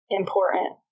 important